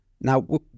now